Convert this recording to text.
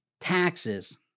taxes